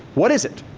what is it?